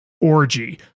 orgy